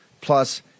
plus